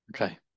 okay